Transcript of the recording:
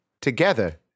together